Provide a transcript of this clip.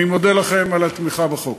אני מודה לכם על התמיכה בחוק.